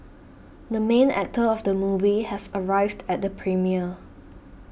the main actor of the movie has arrived at the premiere